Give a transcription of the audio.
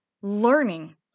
learning